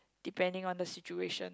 depending on the situation